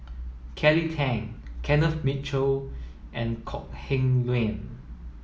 Kelly Tang Kenneth Mitchell and Kok Heng Leun